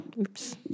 oops